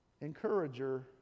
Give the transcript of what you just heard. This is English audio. encourager